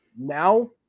Now